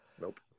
Nope